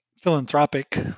philanthropic